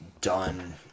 done